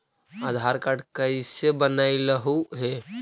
आधार card कईसे बनैलहु हे?